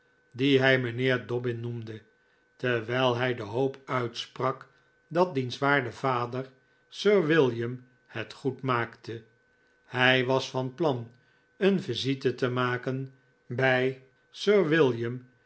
dien hij mijnheer dobbin noemde terwijl hij de hoop uitsprak datdiens waarde vader sir william het goed maakte hij was van plan een visite te maken bij sir william